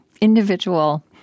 individual